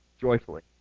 joyfully